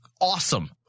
awesome